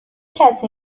کسی